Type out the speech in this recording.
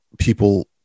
people